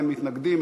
אין מתנגדים,